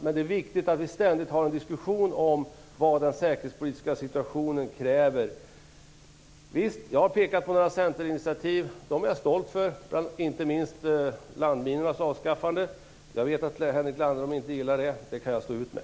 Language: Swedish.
Men det är viktigt att vi ständigt har en diskussion om vad den säkerhetspolitiska situationen kräver. Jag har pekat på några centerinitiativ. Jag har stått för dem, inte minst det som handlade om landminornas avskaffande. Jag vet att Henrik Landerholm inte gillar det. Det kan jag stå ut med.